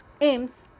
aims